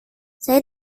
saya